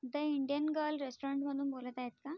the Indian gal रेस्टॉरणमधून बोलत आहेत का